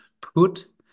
put